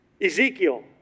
Ezekiel